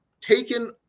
taken